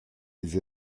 des